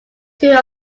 two